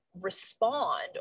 respond